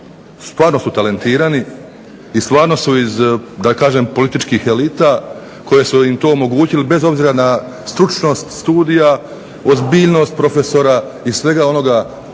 Stvarno su talentirani i stvarno su iz da kažem političkih elita, koje su im to omogućili bez obzira na stručnost studija, ozbiljnost profesora i svega onoga,